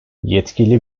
yetkili